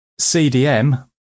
CDM